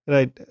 Right